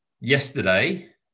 yesterday